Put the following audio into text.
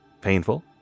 painful